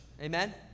Amen